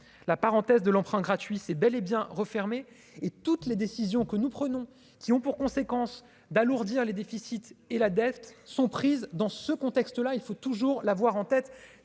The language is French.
la parenthèse de l'emprunt gratuit c'est bel et bien refermée et toutes les décisions que nous prenons, qui ont pour conséquence d'alourdir les déficits et la dette sont prises dans ce contexte là, il faut toujours l'avoir en tête,